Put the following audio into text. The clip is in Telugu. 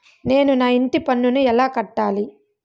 నేను నా ఇంటి పన్నును ఎలా కట్టాలి?